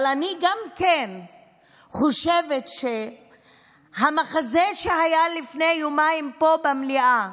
אבל אני חושבת שגם המחזה שהיה פה לפני יומיים במליאה,